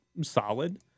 solid